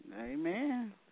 Amen